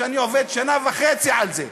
ואני עובד שנה וחצי על זה.